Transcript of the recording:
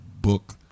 book